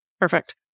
Perfect